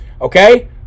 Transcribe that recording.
okay